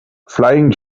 flying